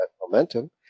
momentum